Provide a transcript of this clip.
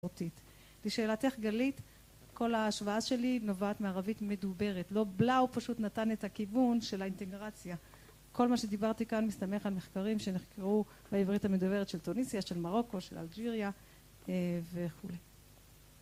לשאלתך גלית כל ההשוואה שלי נובעת מערבית מדוברת לא בלא הוא פשוט נתן את הכיוון של האינטגרציה כל מה שדיברתי כאן מסתמך על מחקרים שנחקרו בעברית המדוברת של טוניסיה של מרוקו של אלג'יריה וכולי